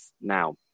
now